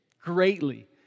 greatly